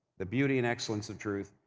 the beauty and excellence of truth.